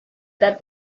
that